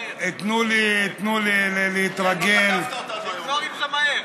תנו לי להתרגל, תתנצל, תתנצל.